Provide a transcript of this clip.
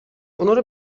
اونارو